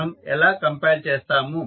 మనము ఎలా కంపైల్ చేస్తాము